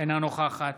אינה נוכחת